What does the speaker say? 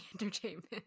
entertainment